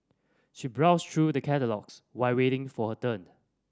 she browsed true the catalogues while waiting for her turn